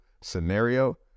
scenario